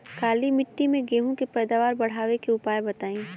काली मिट्टी में गेहूँ के पैदावार बढ़ावे के उपाय बताई?